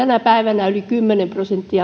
tänä päivänä yli kymmenen prosenttia